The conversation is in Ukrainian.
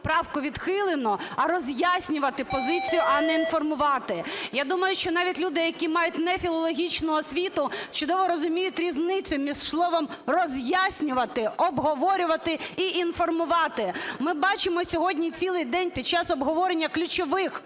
"правку відхилено", а роз'яснювати позицію, а не інформувати. Я думаю, що навіть люди, які мають нефілологічну освіту, чудово розуміють різницю між словом роз'яснювати, обговорювати і інформувати. Ми бачимо сьогодні цілий день під час обговорення ключових